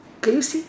can you see